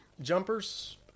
jumpers